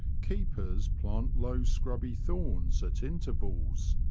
keepers plant low scrubbv thorns at intervals.